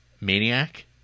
Maniac